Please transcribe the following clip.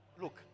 look